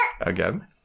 Again